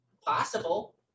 possible